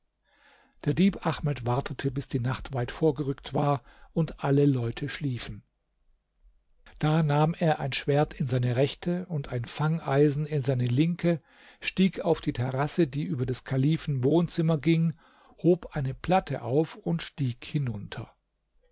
der dieb ahmed wartete bis die nacht weit vorgerückt war und alle leute schliefen da nahm er ein schwert in seine rechte und ein fangeisen in seine linke stieg auf die terrasse die über des kalifen wohnzimmer ging hob eine platte auf und stieg hinunter